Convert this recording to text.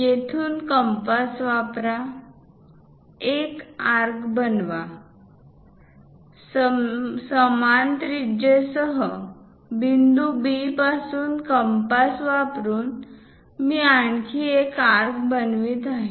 येथून कंपास वापरा एक आर्क बनवा समान त्रिज्यासह बिंदू B पासून कंपास वापरुन मी आणखी एक आर्क बनवित आहे